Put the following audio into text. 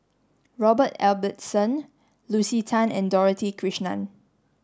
Robert Ibbetson Lucy Tan and Dorothy Krishnan